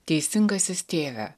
teisingasis tėve